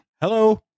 Hello